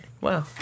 Wow